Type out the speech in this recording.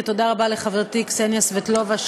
ותודה רבה לחברתי קסניה סבטלובה,